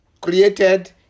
created